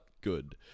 good